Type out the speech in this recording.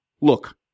look